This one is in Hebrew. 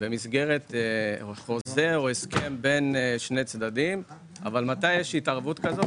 במסגרת חוזה או הסכם בין שני צדדים אבל מתי יש התערבות כזאת?